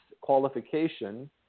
qualification